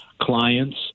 clients